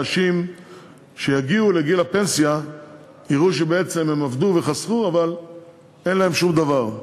אנשים שיגיעו לגיל הפנסיה יראו שהם עבדו וחסכו אבל אין להם שום דבר.